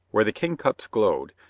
where the kingcups glowed,